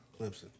Clemson